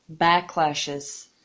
backlashes